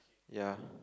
ya